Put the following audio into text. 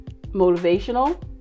motivational